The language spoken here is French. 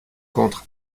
contre